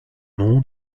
nom